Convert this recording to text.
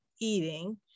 eating